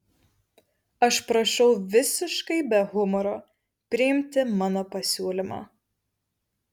aš prašau visiškai be humoro priimti mano pasiūlymą